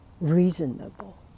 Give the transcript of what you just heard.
reasonable